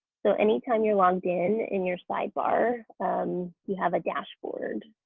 so anytime you're logged in in your sidebar um you have a dashboard.